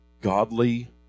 godly